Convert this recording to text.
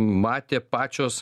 matė pačios